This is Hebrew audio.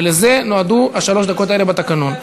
ולזה נועדו שלוש הדקות האלה בתקנון.